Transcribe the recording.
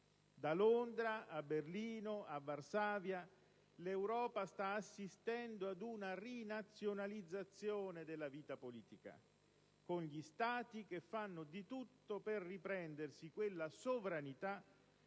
da Londra a Berlino e a Varsavia, l'Europa sta assistendo a una rinazionalizzazione della vita politica, con gli stati che fanno di tutto per riprendersi quella sovranità